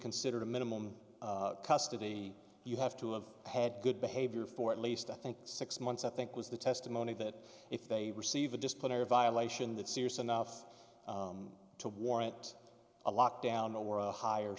considered a minimum custody you have to have had good behavior for at least i think six months i think was the testimony that if they receive a disciplinary violation that serious enough to warrant a lockdown or higher